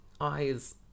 eyes